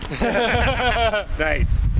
Nice